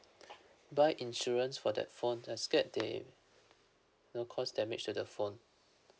buy insurance for that phone I scared they you know cause damage to the phone